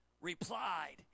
replied